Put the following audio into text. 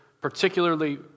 particularly